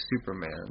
Superman